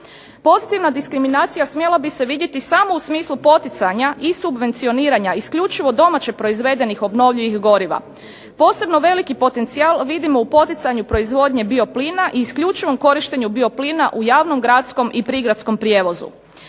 Pozitivna diskriminacija smjela bi se vidjeti samo u smislu poticanja i subvencioniranja isključivo domaće proizvedenih obnovljivih goriva. Posebno veliki potencijal vidimo u poticanju proizvodnje bioplina i isključivom korištenju bioplina u javnom gradskom i prigradskom prijevozu.